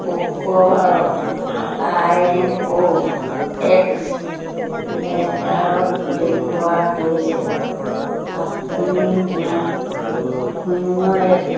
শুক্ৰবাৰত I N O X লেজাৰত দেখুওৱা হৈছে আপুনি মোক শূন্য এক